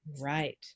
Right